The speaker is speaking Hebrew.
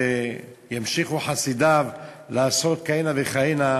וימשיכו חסידיו לעשות כהנה וכהנה